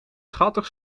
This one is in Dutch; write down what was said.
schattig